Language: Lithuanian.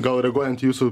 gal reaguojant jūsų